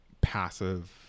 passive